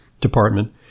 department